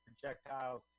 projectiles